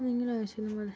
നിങ്ങളെ ആകർഷിക്കുന്ന മത